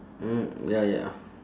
mm ya ya